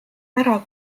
ära